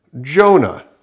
Jonah